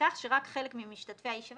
ההצעה כפי שהיא מנוסחת כרגע מבחינה בין